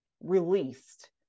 released